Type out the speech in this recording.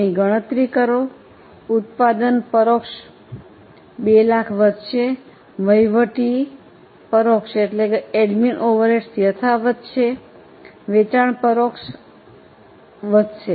તેની ગણતરી કરો ઉત્પાદન પરોક્ષ 200000 વધશે વહીવટ પરોક્ષ યથાવત છે વેચાણ પરોક્ષ વધશે